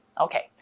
Okay